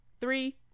Three